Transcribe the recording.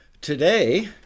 today